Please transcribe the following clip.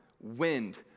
wind